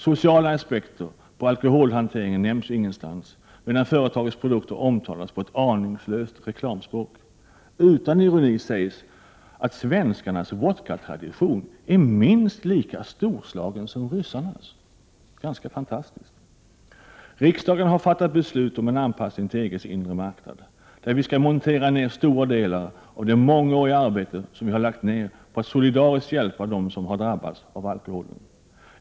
Sociala aspekter på alkoholhanteringen nämns ingenstans, medan företagets produkter omtalas på ett aningslöst reklamspråk. Utan ironi sägs att svenskarnas vodkatradition ”är minst lika storslagen som ryssarnas” — ganska fantastiskt! Riksdagen har fattat ett beslut om en anpassning till EG:s inre marknad, där vi skall montera ner stora delar av det mångåriga arbete som vi har lagt ner på att solidariskt hjälpa dem som har drabbats av alkoholen.